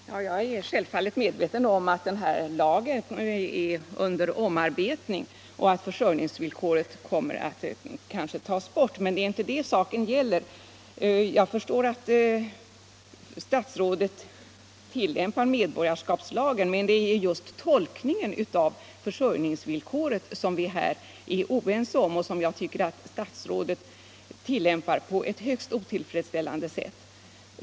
Herr talman! Jag är självfallet medveten om att den här lagen är under omarbetning och att försörjningsvillkoret kanske kommer att tas bort. Men det är inte det som saken gäller. Jag förstår att statsrådet måste tillämpa medborgarskapslagen, men det är tolkningen av försörjningsvillkoret som vi är oense om; jag tycker att statsrådet tillämpar det på ett högst otillfredsställande sätt.